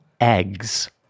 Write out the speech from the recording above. eggs